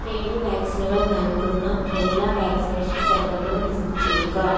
paid വാക്സിനുകൾ നൽകുന്ന എല്ലാ വാക്സിനേഷൻ സെൻറ്ററുകളും ലിസ്റ്റ് ചെയ്യുക